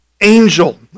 angel